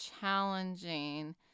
challenging